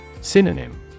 Synonym